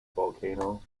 volcano